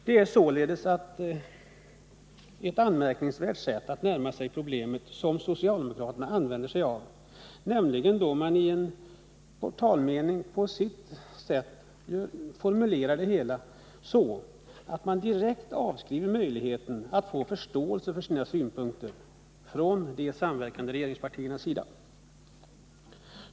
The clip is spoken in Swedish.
Det är ett anmärkningsvärt sätt att närma sig problemet som socialdemokraterna använder sig av, då de i en portalmening med deras sätt att formulera det hela direkt avskriver möjligheten att få förståelse för sina synpunkter från de samverkande regeringspartierna.